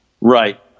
Right